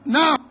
now